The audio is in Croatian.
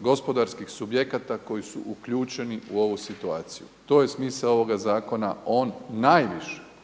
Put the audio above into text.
gospodarskih subjekata koji su uključeni u ovu situaciju. To je smisao ovoga zakona. On najviše,